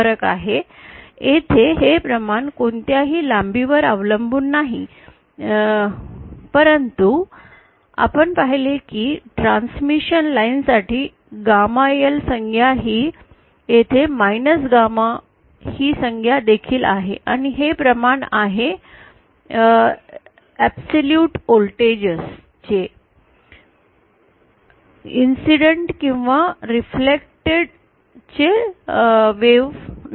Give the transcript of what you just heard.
फरक आहे येथे हे प्रमाण कोणत्याही लांबीवर अवलंबून नाही परंतु आपण पाहिले की ट्रांसमिशन लाईन साठी गॅमा एल संज्ञा आहे येथे गामा ही संज्ञा देखील आहे आणि हे प्रमाण आहे ऐब्सलूट व्होल्टेज चे आनुषंगिक किंवा प्रतिबिंबितं चे लाटा नाही